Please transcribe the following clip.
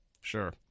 sure